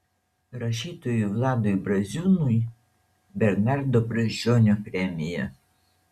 rašytojui vladui braziūnui bernardo brazdžionio premija